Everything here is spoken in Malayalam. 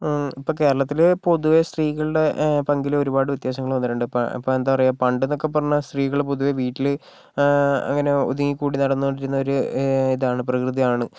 ഇപ്പോൾ കേരളത്തിൽ പൊതുവെ സ്ത്രീകളുടെ പങ്കില് ഒരുപാട് വ്യത്യാസങ്ങള് വന്നിട്ടുണ്ട് അപ്പോൾ എന്താ പറയുക പണ്ടെന്നൊക്കെ സ്ത്രീകൾ പൊതുവെ വീട്ടില് അങ്ങനെ ഒതുങ്ങി കൂടി നടന്നോണ്ടിരുന്ന ഒരു ഇതാണ് പ്രകൃതിയാണ്